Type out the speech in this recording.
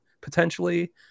potentially